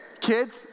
kids